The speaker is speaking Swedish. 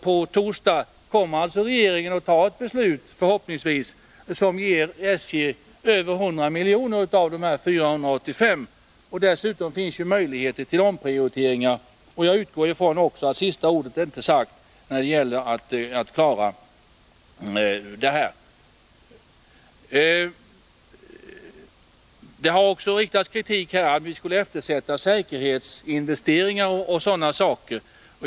På torsdag kommer regeringen att fatta ett beslut som ger SJ över 100 miljoner av de 485. Dessutom finns möjligheter till omprioriteringar. Jag utgår från att sista ordet inte är sagt när det gäller att klara detta problem. Det har också riktats kritik mot att vi skulle eftersätta säkerhetsinvesteringar m.m.